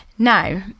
Now